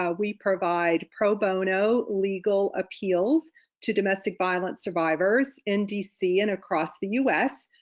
ah we provide pro bono legal appeals to domestic violence survivors in dc and across the us.